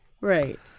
Right